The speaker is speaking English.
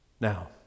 Now